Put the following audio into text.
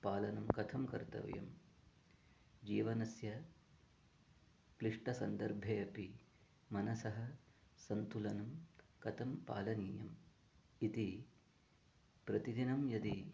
पालनं कथं कर्तव्यं जीवनस्य क्लिष्टसन्दर्भे अपि मनसः सन्तुलनं कथं पालनीयम् इति प्रतिदिनं यदि